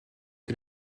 que